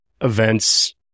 events